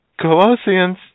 Colossians